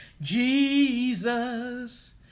Jesus